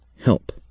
HELP